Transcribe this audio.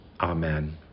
Amen